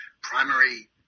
primary